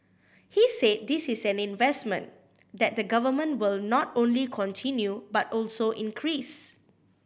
he said this is an investment that the Government will not only continue but also increase